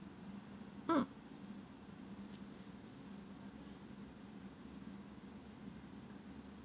mm